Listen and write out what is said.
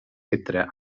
entre